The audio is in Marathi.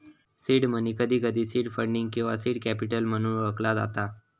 सीड मनी, कधीकधी सीड फंडिंग किंवा सीड कॅपिटल म्हणून ओळखला जाता